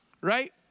right